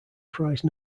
prize